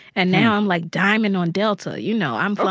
and now i'm like diamond on delta. you know, i'm.